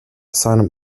seinem